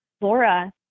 Laura